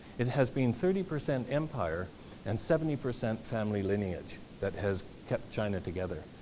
it has been thirty percent empire and seventy percent family lineage that has kept china together.